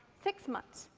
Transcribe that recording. six months,